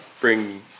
bring